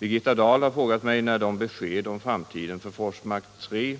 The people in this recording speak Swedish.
Birgitta Dahl har frågat mig när de besked om framtiden för Forsmark 3